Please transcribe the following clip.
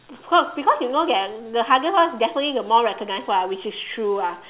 no because you know that the hardest one definitely the more recognized one which is true ah